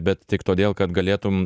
bet tik todėl kad galėtum